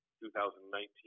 2019